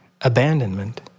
abandonment